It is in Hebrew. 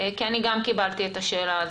כי אני גם קיבלתי את השאלה הזו: